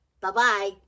Bye-bye